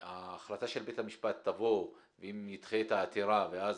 שההחלטה של בית המשפט תבוא ואם נדחה את העתירה ואז